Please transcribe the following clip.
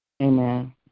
Amen